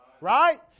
right